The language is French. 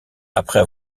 après